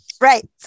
Right